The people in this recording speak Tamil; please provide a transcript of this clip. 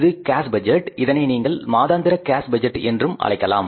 இது கேஸ் பட்ஜெட் இதனை நீங்கள் மாதாந்திர கேஸ் பட்ஜெட் என்று அழைக்கலாம்